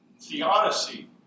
Theodicy